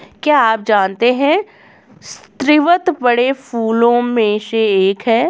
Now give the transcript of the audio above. क्या आप जानते है स्रीवत बड़े फूलों में से एक है